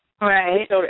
Right